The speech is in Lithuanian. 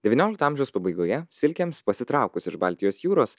devyniolikto amžiaus pabaigoje silkėms pasitraukus iš baltijos jūros